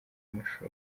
amashusho